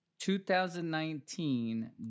2019